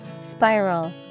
Spiral